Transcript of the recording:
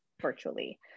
virtually